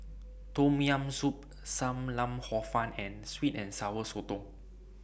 Tom Yam Soup SAM Lau Hor Fun and Sweet and Sour Sotong